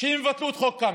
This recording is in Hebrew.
שהם יבטלו את חוק קמיניץ,